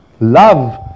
love